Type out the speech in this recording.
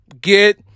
get